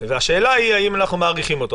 והשאלה היא האם אנחנו מאריכים אותו.